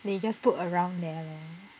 then you just put around there lor